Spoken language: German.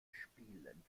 spielen